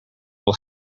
will